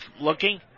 looking